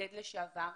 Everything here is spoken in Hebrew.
בודד לשעבר,